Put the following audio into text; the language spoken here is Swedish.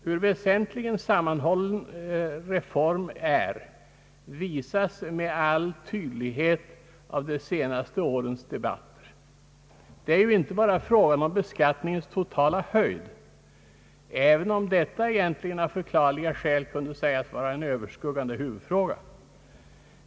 Hur väsentlig en sammanhållen reform är visas med all tydlighet av de senaste årens debatter. Det är inte bara fråga om beskattningens totala höjd, även om den egentligen av förklarliga skäl kunde sägas vara en överskuggande huvudfråga.